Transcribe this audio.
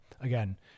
Again